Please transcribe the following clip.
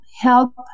help